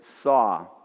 saw